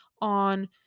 on